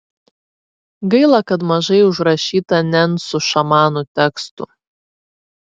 gaila kad mažai užrašyta nencų šamanų tekstų